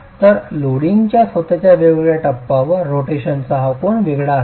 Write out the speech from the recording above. तर लोडिंगच्या स्वतःच वेगवेगळ्या टप्प्यावर रोटेशनचा हा कोन वेगळा असेल